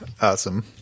Awesome